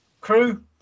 crew